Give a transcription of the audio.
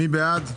מי בעד?